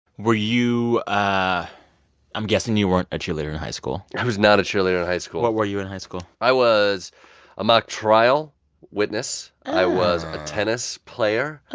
were you i'm guessing you weren't a cheerleader in high school i was not a cheerleader in high school what were you in high school? i was a mock trial witness. i was a tennis player.